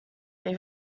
they